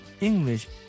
English